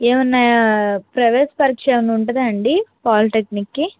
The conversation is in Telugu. ఏమన్న ప్రవేశ పరీక్ష ఏమన్న ఉంటుందా అండి పాల్టెక్నిక్కి